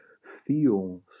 feel